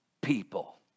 people